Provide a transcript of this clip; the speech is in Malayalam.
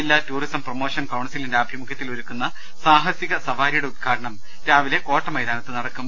ജില്ലാ ടൂറിസം പ്രൊമോഷൻ കൌൺസിലിന്റെ ആഭിമുഖ്യത്തിൽ ഒരുക്കുന്ന സാഹസിക സവാരിയുടെ ഉദ്ഘാടനം രാവിലെ കോട്ടമൈതാനത്ത് നടക്കും